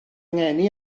ngeni